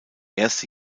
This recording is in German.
erste